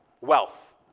Wealth